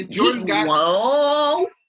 Whoa